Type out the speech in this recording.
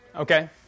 Okay